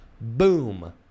Boom